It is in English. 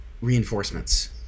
reinforcements